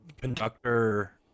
conductor